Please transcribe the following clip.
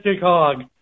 hog